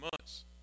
months